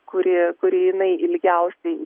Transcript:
kuri kuri jinai ilgiausiai